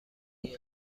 این